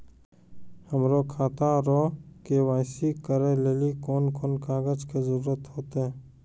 हमरो खाता रो के.वाई.सी करै लेली कोन कोन कागज के जरुरत होतै?